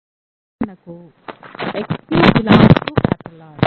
ఉదాహరణకు x 3 R x 4 R లో ఉన్నాయి